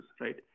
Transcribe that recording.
right